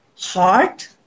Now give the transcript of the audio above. heart